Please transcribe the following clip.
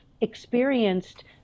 experienced